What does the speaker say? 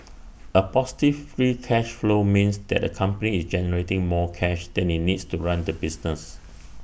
A positive free cash flow means that A company is generating more cash than IT needs to run the business